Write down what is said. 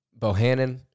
Bohannon